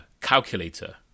calculator